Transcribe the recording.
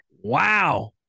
wow